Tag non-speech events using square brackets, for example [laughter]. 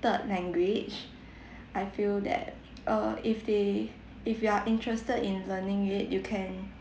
third language [breath] I feel that err if they if you are interested in learning it you can